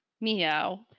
meow